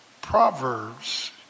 Proverbs